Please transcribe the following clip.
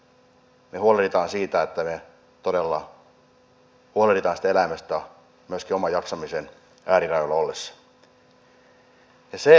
me täytämme monta kriteeriä me todella huolehdimme siitä eläimestä myöskin oman jaksamisen äärirajoilla ollessamme